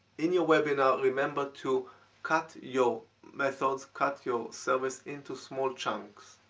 in your webinar, remember to cut your methods, cut your service into small chunks.